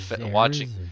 watching